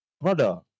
brother